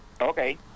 okay